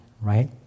right